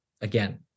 again